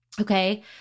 Okay